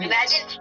Imagine